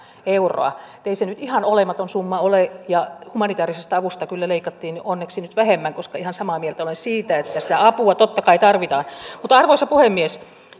euroa että ei se nyt ihan olematon summa ole ja humanitaarisesta avusta kyllä leikattiin onneksi nyt vähemmän koska ihan samaa mieltä olen siitä että sitä apua totta kai tarvitaan mutta arvoisa puhemies